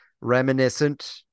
reminiscent